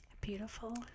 beautiful